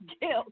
guilt